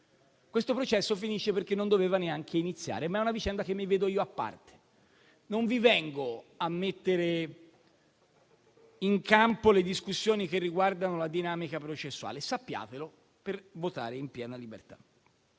Questo processo finisce perché non doveva neanche iniziare, ma è una vicenda che mi vedo io a parte. Non vengo a mettervi in campo le discussioni che riguardano la dinamica processuale; sappiatelo per votare in piena libertà.